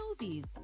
movies